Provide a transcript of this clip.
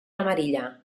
amarilla